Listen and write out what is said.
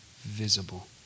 visible